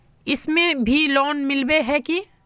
इसमें भी लोन मिला है की